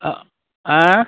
ହଁ ଆଁ